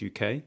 UK